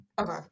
okay